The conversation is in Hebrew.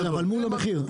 כן אבל מול המחיר.